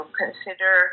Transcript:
consider